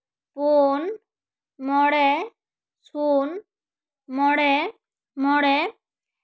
ᱯᱩᱱ ᱢᱚᱬᱮ ᱞᱩᱱ ᱢᱚᱬᱮ ᱢᱚᱬᱮ